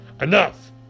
enough